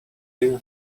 you